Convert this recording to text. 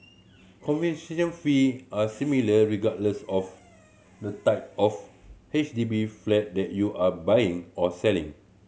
fee are similar regardless of the type of H D B flat that you are buying or selling